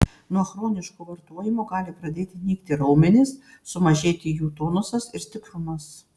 nuo chroniško vartojimo gali pradėti nykti raumenys sumažėti jų tonusas ir stiprumas